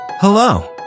Hello